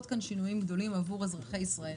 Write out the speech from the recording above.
כאן שינויים גדולים עבור אזרחי ישראל.